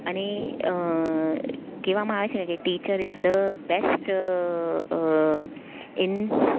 અને કહેવામાં આવે છે કે teacher is the best in